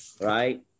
right